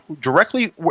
directly